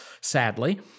sadly